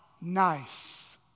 nice